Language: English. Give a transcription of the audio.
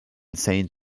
saint